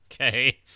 okay